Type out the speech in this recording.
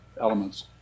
elements